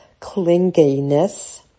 clinginess